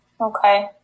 Okay